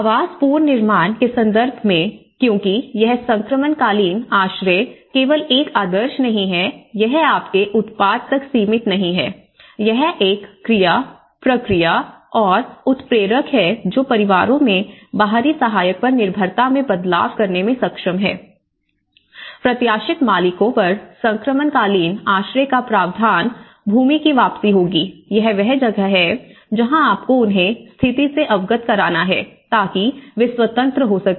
आवास पुनर्निर्माण के संदर्भ में क्योंकि यह संक्रमणकालीन आश्रय केवल एक आदर्श नहीं है यह आपके उत्पाद तक सीमित नहीं है यह एक क्रिया प्रक्रिया और उत्प्रेरक है जो परिवारों में बाहरी सहायक पर निर्भरता में बदलाव करने में सक्षम है प्रत्याशित मालिकों पर संक्रमणकालीन आश्रय का प्रावधान भूमि की वापसी होगी यह वह जगह है जहां आपको उन्हें स्थिति से अवगत कराना है ताकि वे स्वतंत्र हो सके